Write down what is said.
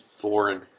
foreign